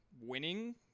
winning